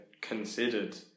considered